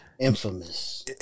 infamous